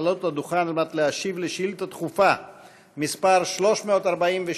לעלות לדוכן ולהשיב על שאילתה דחופה מס' 343,